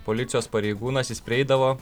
policijos pareigūnas jis prieidavo